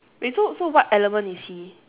wait so so what element is he